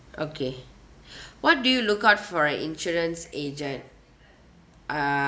okay what do you look out for an insurance agent